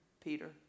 Peter